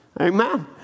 amen